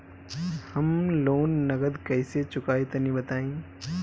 हम लोन नगद कइसे चूकाई तनि बताईं?